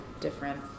different